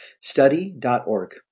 study.org